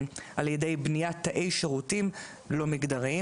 על ידי בניית תאי שירותים לא מגדריים.